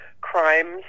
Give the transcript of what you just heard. crimes